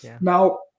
Now